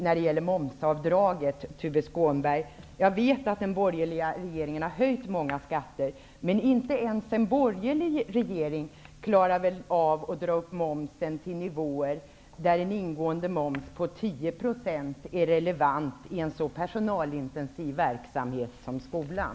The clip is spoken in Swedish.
När det gäller momsavdraget, Tuve Skånberg, vet jag att den borgerliga regeringen har höjt många skatter, men inte ens en borgerlig regering klarar väl av att dra upp momsen till sådan nivå att en ingående moms på 10 procent är relevant i en så personalintensiv verksamhet som skolan.